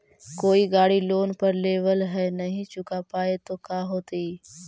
कोई गाड़ी लोन पर लेबल है नही चुका पाए तो का होतई?